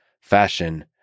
fashion